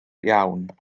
iawn